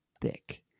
thick